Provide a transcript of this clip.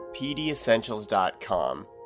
pdessentials.com